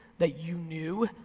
that you knew.